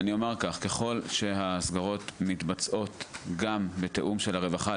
אומר כך: ככול שההחזרות מתבצעות גם בתיאום של הרווחה...